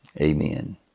Amen